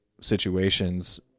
situations